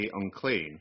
unclean